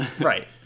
Right